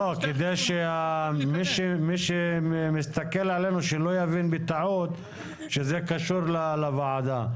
מי שמסתכל עלינו שלא יבין בטעות שזה קשור לוועדה.